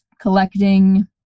collecting